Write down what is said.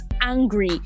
angry